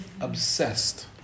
Obsessed